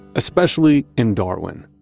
especially in darwin.